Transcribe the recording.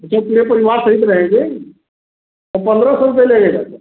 अच्छा पूरे परिवार सहित रहेंगे तो पंद्रह सौ रुपया लगेगा